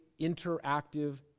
interactive